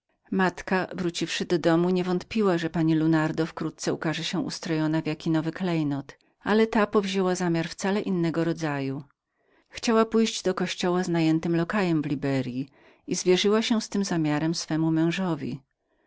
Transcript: matka wróciwszy do domu nie wątpiła że pani lunardo wkrótce ukaże się ustrojona w jaki nowy klejnot ale ta powzięła zamiar wcale innego rodzaju chciała pójść do kościoła z najętym lokajem w liberyi i zwierzyła się z tym zamiarem swemu mężowi